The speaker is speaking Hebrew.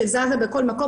שזזה בכל מקום,